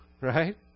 Right